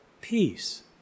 peace